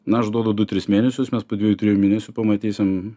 na aš duodu du tris mėnesius mes po dviejų trijų mėnesių pamatysim